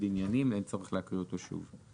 עניינים ואין צורך להקריא אותו שוב.